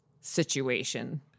situation